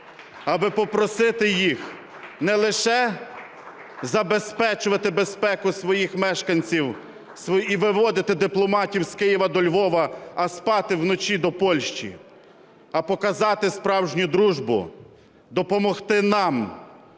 аби попросити їх не лише забезпечувати безпеку своїх мешканців і виводити дипломатів з Києва до Львова, а спати вночі – до Польщі, а показати справжню дружбу, допомогти нам